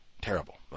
terrible